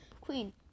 Queen